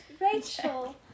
rachel